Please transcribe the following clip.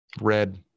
red